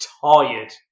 Tired